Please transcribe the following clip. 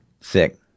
Sick